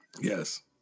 Yes